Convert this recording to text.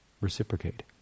reciprocate